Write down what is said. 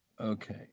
Okay